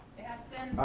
batson.